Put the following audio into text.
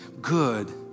good